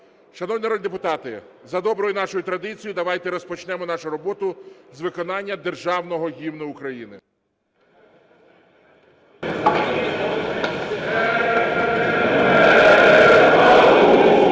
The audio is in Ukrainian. народні депутати, за доброю нашою традицією давайте розпочнемо нашу роботу з виконання Державного Гімну України.